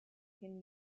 can